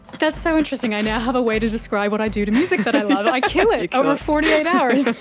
that's so interesting, i now have a way to describe what i do to music that i love, i kill it over forty eight hours,